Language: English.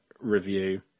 review